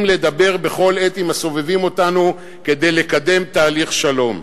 לדבר בכל עת עם הסובבים אותנו כדי לקדם תהליך שלום.